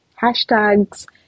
hashtags